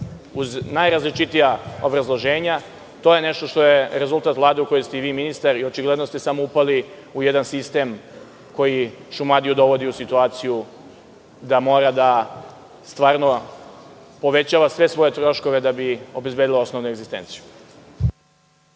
uz najrazličitija obrazloženja, to je nešto što je rezultat Vlade u kojoj ste i vi ministar. Očigledno ste samo upali u jedan sistem koji Šumadiju dovodi u situaciju da mora da povećava sve svoje troškove da bi obezbedila osnovnu egzistenciju.